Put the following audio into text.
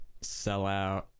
sellout